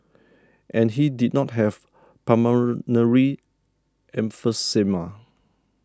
and he did not have pulmonary emphysema